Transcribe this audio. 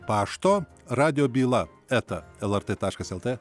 pašto radijo byla eta lrt taškas lt